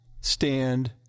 stand